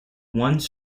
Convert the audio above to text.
ones